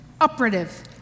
operative